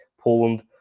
Poland